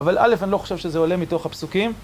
אבל א', אני לא חושב שזה עולה מתוך הפסוקים.